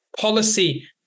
policy